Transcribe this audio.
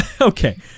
okay